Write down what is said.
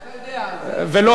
ולא הפוך.